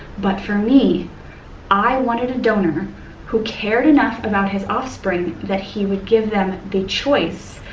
but for me i wanted a donor who cared enough about his offspring that he would give them the choice